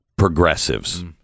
progressives